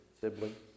siblings